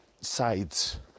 sides